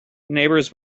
neighbors